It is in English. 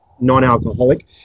non-alcoholic